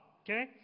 Okay